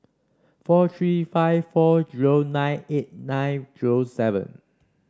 four three five four zero nine eight nine zero seven